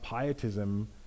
pietism